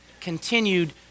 continued